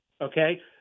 okay